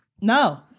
No